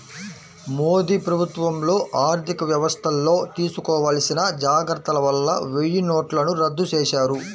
మోదీ ప్రభుత్వంలో ఆర్ధికవ్యవస్థల్లో తీసుకోవాల్సిన జాగర్తల వల్ల వెయ్యినోట్లను రద్దు చేశారు